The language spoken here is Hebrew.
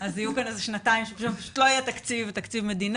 אז יהיו כאן שנתיים שפשוט לא יהיה תקציב מדינה.